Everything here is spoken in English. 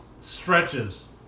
stretches